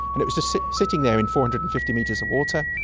and it was just sitting there in four hundred and fifty metres of water,